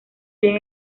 bien